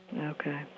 Okay